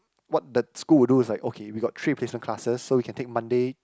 what the school will do is like okay we got three replacement classes so you can take Monday